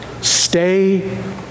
Stay